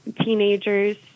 teenagers